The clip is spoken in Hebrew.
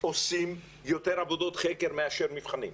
עושים יותר עבודות חקר מאשר מבחנים.